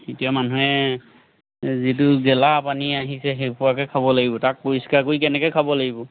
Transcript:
এতিয়া মানুহে যিটো গেলা পানী আহিছে সেই সোপাকে খাব লাগিব তাক পৰিষ্কাৰ কৰি কেনেকৈ খাব লাগিব